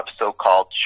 so-called